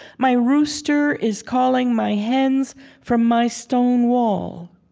my rooster is calling my hens from my stone wall.